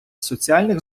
соціальних